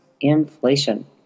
inflation